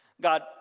God